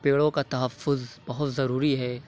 پیڑوں کا تحفظ بہت ضروری ہے